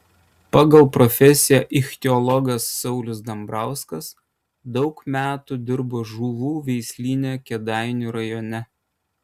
pagal profesiją ichtiologas saulius dambrauskas daug metų dirbo žuvų veislyne kėdainių rajone